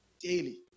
daily